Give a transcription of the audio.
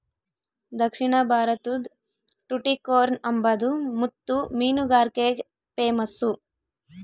ದಕ್ಷಿಣ ಭಾರತುದ್ ಟುಟಿಕೋರ್ನ್ ಅಂಬಾದು ಮುತ್ತು ಮೀನುಗಾರಿಕ್ಗೆ ಪೇಮಸ್ಸು